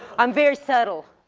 i'm very subtle.